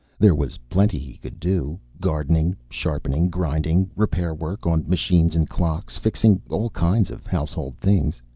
there was plenty he could do gardening, sharpening, grinding, repair work on machines and clocks, fixing all kinds of household things.